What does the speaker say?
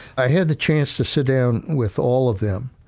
i had the chance to sit down with all of them.